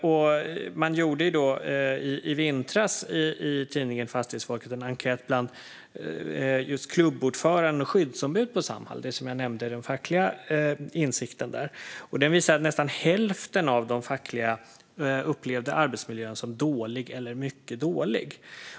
Tidningen Fastighetsfolket gjorde i vintras en enkätundersökning bland just klubbordförande och skyddsombud på Samhall - jag nämnde den fackliga insikten där. Den visar att nästan hälften av de fackliga upplevde arbetsmiljön som dålig eller mycket dålig.